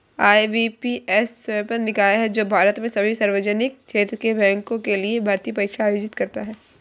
IBPS स्वायत्त निकाय है जो भारत में सभी सार्वजनिक क्षेत्र के बैंकों के लिए भर्ती परीक्षा आयोजित करता है